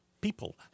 people